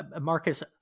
Marcus